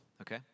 Okay